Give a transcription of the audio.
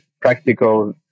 practical